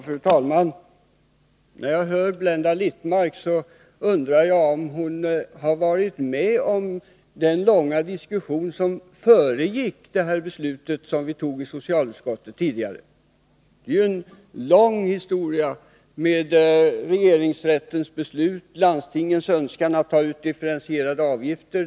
Fru talman! När jag hör Blenda Littmarck undrar jag om hon följt den långa diskussion som föregick utskottets ställningstagande. Det är en lång historia, med regeringsrättens beslut och landstingens önskan att ta ut differentierade avgifter.